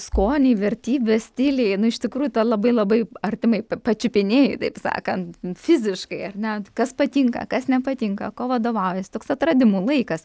skoniai vertybės stiliai nu iš tikrųjų tą labai labai artimai pačiupinėji taip sakant fiziškai ar ne kas patinka kas nepatinka ko vadovaujies toks atradimų laikas